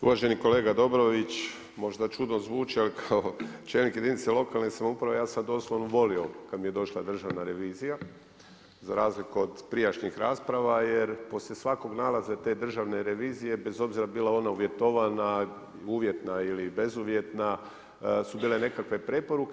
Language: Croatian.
Uvaženi kolega Dobrović, možda čudno zvuči, ali kao čelnik jedinice lokalne samouprave, ja sam doslovno volio kad mi je došla državna revizija, za razliku od prijašnjih rasprava, jer poslije svakog nalaze Državne revije bez obzira bila ona uvjetovao, uvjetna ili bezuvjetna su bile nekakve preporuke.